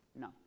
no